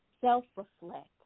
Self-reflect